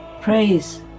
praise